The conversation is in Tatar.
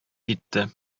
китте